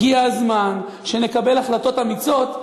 הגיע הזמן שנקבל החלטות אמיצות,